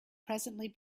presently